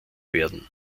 werden